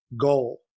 goal